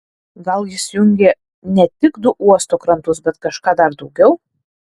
gal jis jungė ne tik du uosto krantus bet kažką dar daugiau